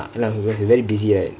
he will will be very busy right